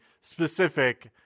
specific